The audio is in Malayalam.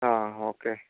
ആ ഓക്കേ